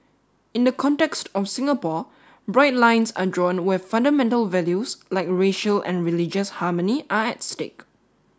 in the context of Singapore bright lines are drawn where fundamental values like racial and religious harmony are at stake